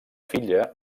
filla